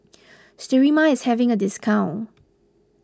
Sterimar is having a discount